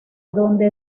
donde